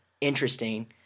interesting